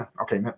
Okay